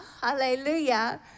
hallelujah